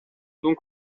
colpo